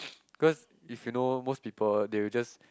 because if you know most people they will just